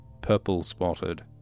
purple-spotted